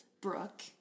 Brooke